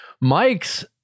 Mike's